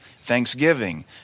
thanksgiving